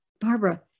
Barbara